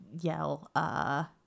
yell